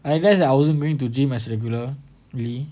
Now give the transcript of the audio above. I guess that I wasn't going to gym as regular really